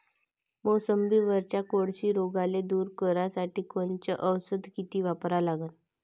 मोसंबीवरच्या कोळशी रोगाले दूर करासाठी कोनचं औषध किती वापरा लागन?